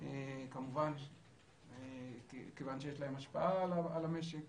כיוון שיש להם השפעה על המשק.